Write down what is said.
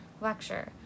lecture